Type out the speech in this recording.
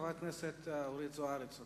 חברת הכנסת אורית זוארץ.